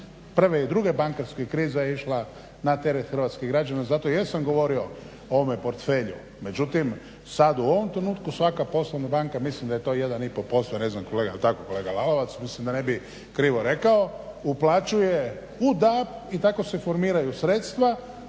prve i druge bankarske krize je išla na teret hrvatskih građana, zato jesam govorio o ovome portfelju. Međutim sada u ovom trenutku svaka poslovna banka mislim da je to j 1,5% ne znam kolega, jel tako kolega Lalovac, mislim da ne bi krivo rekao uplaćuje u DAB i tako se formiraju sredstva